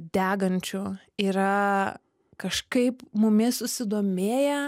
degančių yra kažkaip mumis susidomėję